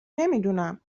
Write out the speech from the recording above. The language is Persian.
نمیدونم